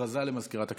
הודעה למזכירת הכנסת.